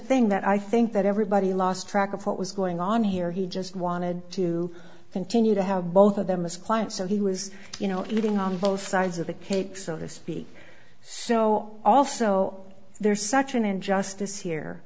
thing that i think that everybody lost track of what was going on here he just wanted to continue to have both of them as clients so he was you know living on both sides of the cake so to speak so also there's such an injustice here